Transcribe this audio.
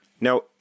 Now